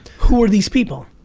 who are these people?